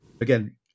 again